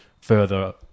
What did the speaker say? further